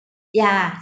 yeah